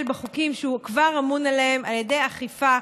בחוקים שהוא כבר אמון עליהם על ידי אכיפה.